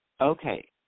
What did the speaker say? Okay